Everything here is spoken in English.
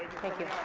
thank you.